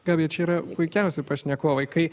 gabija čia yra puikiausi pašnekovai kai